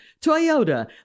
Toyota